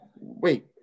wait